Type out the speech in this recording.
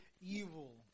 evil